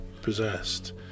possessed